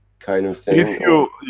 kind of thing. if you.